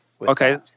Okay